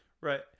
Right